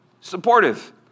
Supportive